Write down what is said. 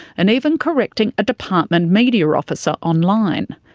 and even correcting a department media officer online.